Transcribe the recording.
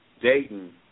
Dayton